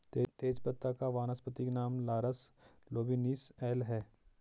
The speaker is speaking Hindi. तेजपत्ता का वानस्पतिक नाम लॉरस नोबिलिस एल है